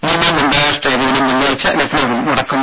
മൂന്നാം അന്താരാഷ്ട്ര ഏകദിനം വെള്ളിയാഴ്ച ലക്നോവിൽ നടക്കും